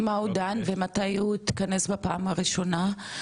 מה הוא דן ומתי הוא התכנס בפעם הראשונה?